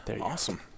Awesome